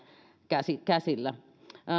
käsillä käsillä